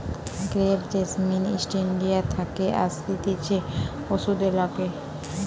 crepe jasmine East India থাকে আসতিছে ওষুধে লাগে